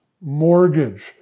mortgage